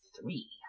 three